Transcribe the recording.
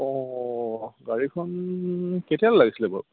অঁ গাড়ীখন কেতিয়ালৈ লাগিছিলে বাৰু